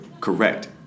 correct